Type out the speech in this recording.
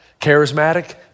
charismatic